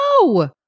No